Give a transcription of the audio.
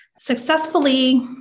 successfully